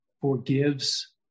forgives